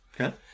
Okay